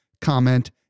comment